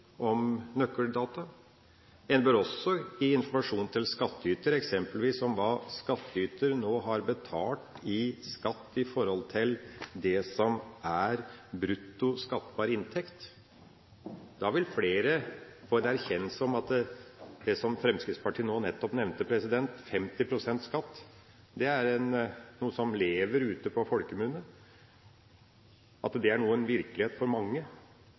om nøkkeldata. En bør også gi informasjon til skattyter eksempelvis om hva skattyter nå har betalt i skatt i forhold til det som er brutto skattbar inntekt. Da vil flere få en erkjennelse av at det som Fremskrittspartiet nå nettopp nevnte, 50 pst. skatt, at det nå er en virkelighet for mange, er noe som lever på folkemunne. Sannheten er at det er en virkelighet for